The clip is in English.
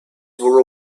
were